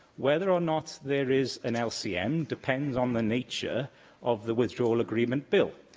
whether or not there is an lcm depends on the nature of the withdrawal agreement bill.